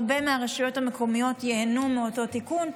הרבה מהרשויות המקומיות ייהנו מאותו תיקון.